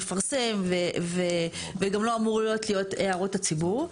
מפרסם וגם לא אמור להיות הערות הציבור.